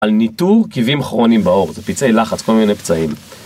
על ניטור כיבים כרוניים בעור, זה פצעי לחץ, כל מיני פצעים.